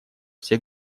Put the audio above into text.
все